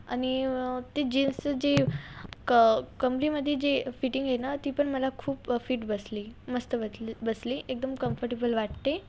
आणि ते जीन्सचं जे क कमरेमध्ये जे फिटींग आहे ना ती पण मला खूप फिट बसली मस्त बत बसली एकदम कम्फर्टेबल वाटते